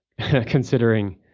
considering